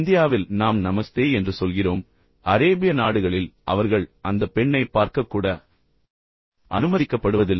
இந்தியாவில் நாம் நமஸ்தே என்று சொல்கிறோம் அரேபிய நாடுகளில் அவர்கள் அந்தப் பெண்ணைப் பார்க்கக் கூட அனுமதிக்கப்படுவதில்லை